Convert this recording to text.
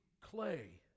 clay